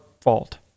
fault